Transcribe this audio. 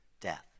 death